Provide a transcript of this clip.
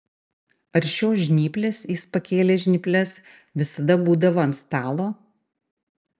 ar šios žnyplės jis pakėlė žnyples visada būdavo ant stalo